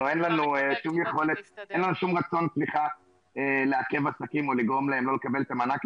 אין לנו שום רצון לעכב עסקים או לגרום להם לא לקבל את המענק,